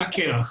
על הקרח.